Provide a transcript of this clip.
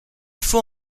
faut